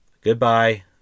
goodbye